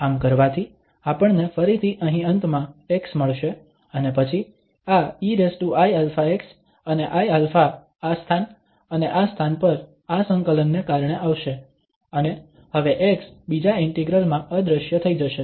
આમ કરવાથી આપણને ફરીથી અહીં અંતમાં x મળશે અને પછી આ eiαx અને iα આ સ્થાન અને આ સ્થાન પર આ સંકલનને કારણે આવશે અને હવે x બીજા ઇન્ટિગ્રલ માં અદૃશ્ય થઈ જશે